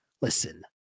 Listen